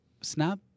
Snap